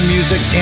Music